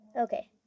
Okay